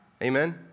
Amen